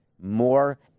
more